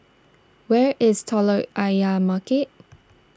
where is Telok Ayer Market